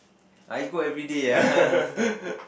I go everyday ah last time